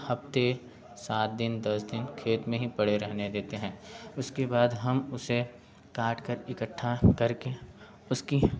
हफ़्ते सात दिन दस दिन खेत में ही पड़े रहने देते हैं उसके बाद हम उसे काट कर इकट्ठा करके उसकी